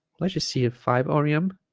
let's just see a five orium